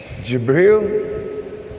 Jibril